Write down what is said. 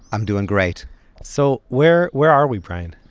i'm doing great so where, where are we, brian?